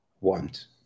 want